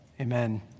Amen